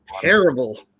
Terrible